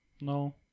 No